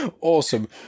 Awesome